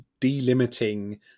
delimiting